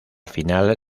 final